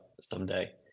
someday